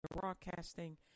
Broadcasting